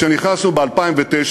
כשנכנסו ב-2009,